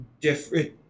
different